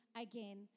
again